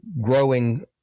growing